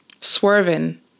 swerving